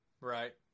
Right